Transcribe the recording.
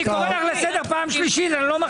אני קורא לך לסדר פעם שלישית ואני לא מחזיר אותך.